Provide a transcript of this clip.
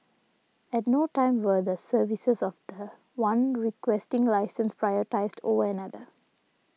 at no time were the services of the one Requesting Licensee prioritised over another